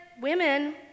women